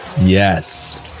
Yes